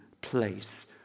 place